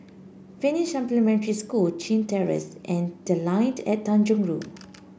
Finnish Supplementary School Chin Terrace and The Line at Tanjong Rhu